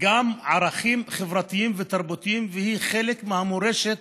גם ערכים חברתיים ותרבותיים, והיא חלק מהמורשת